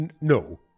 no